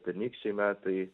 pernykščiai metai